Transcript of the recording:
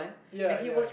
ya ya